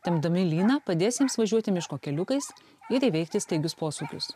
tempdami lyną padės jiems važiuoti miško keliukais ir įveikti staigius posūkius